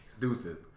Deuces